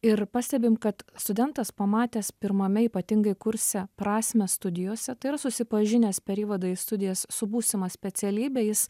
ir pastebim kad studentas pamatęs pirmame ypatingai kurse prasmę studijose tai yra susipažinęs per įvadą į studijas su būsima specialybe jis